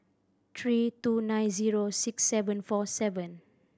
three two nine zero six seven four seven